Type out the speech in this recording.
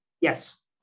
Yes